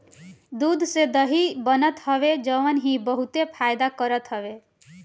दूध से दही बनत हवे जवन की बहुते फायदा करत हवे